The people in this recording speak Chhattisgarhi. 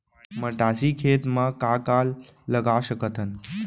मटासी खेत म का का लगा सकथन?